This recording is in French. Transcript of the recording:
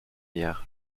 hier